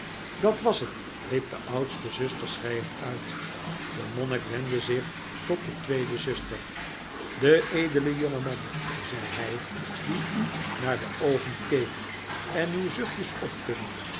dat was het riep de oudste zuster schreiend uit de monnik wendde zich tot de tweede zuster de edele jongeman zei hij die u naar de oogen keek en uw zuchtjes opving